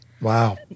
Wow